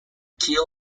keel